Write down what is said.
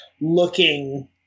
looking